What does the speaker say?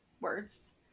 words